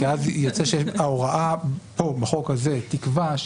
כי אז יוצא שההוראה בחוק הזה תקבע,